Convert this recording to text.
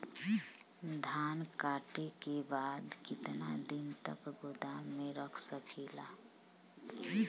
धान कांटेके बाद कितना दिन तक गोदाम में रख सकीला?